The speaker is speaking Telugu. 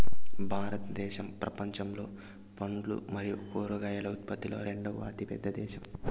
భారతదేశం ప్రపంచంలో పండ్లు మరియు కూరగాయల ఉత్పత్తిలో రెండవ అతిపెద్ద దేశం